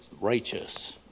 righteous